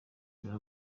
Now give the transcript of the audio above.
dore